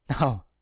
no